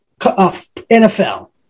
NFL